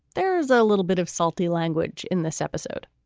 there is a little bit of salty language in this episode